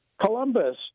Columbus